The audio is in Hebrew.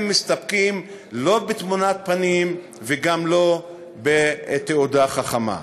מסתפקים בתמונת פנים וגם לא בתעודה חכמה?